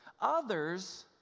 Others